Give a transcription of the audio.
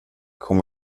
kom